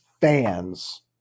fans